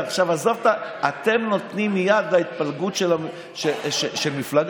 אתם נותנים יד להתפלגות של מפלגה.